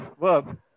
verb